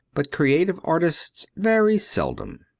but creative artists very seldom.